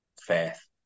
faith